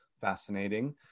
fascinating